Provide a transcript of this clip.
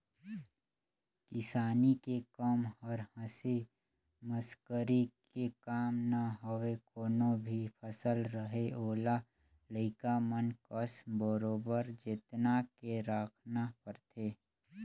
किसानी के कम हर हंसी मसकरी के काम न हवे कोनो भी फसल रहें ओला लइका मन कस बरोबर जेतना के राखना परथे